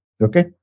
Okay